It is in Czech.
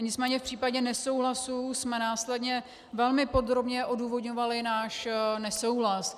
Nicméně v případě nesouhlasu jsme následně velmi podrobně odůvodňovali náš nesouhlas.